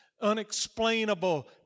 unexplainable